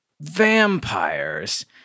vampires